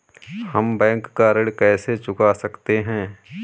हम बैंक का ऋण कैसे चुका सकते हैं?